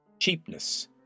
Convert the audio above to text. cheapness